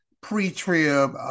pre-trib